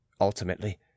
Ultimately